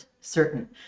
certain